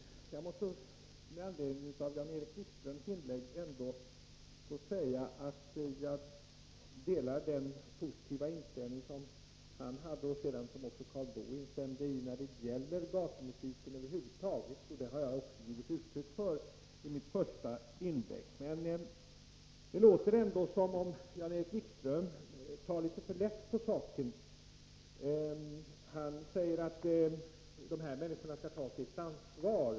Jag måste med anledning av Jan-Erik Wikströms inlägg få säga att jag delar hans positiva inställning, som sedan också Karl Boo instämde i, när det gäller gatumusiken över huvud taget. Det har jag också givit uttryck för i mitt första inlägg. Det låter ändå som om Jan-Erik Wikström tar litet för lätt på saken. Han säger att dessa människor skall ta sitt ansvar.